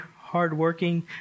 hardworking